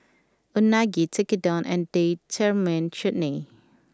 Unagi Tekkadon and Date Tamarind Chutney